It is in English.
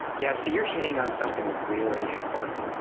yes. you're hitting on something really important.